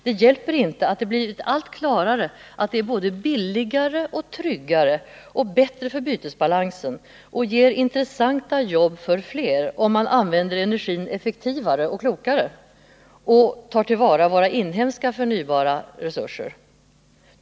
Det hjälper inte att det blir allt klarare att det är såväl billigare som tryggare och bättre för bytesbalansen och ger intressanta jobb för fler om man använder energin effektivare och klokare och tar till vara våra inhemska förnybara resurser.